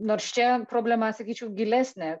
nors čia problema sakyčiau gilesnė